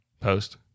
post